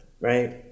right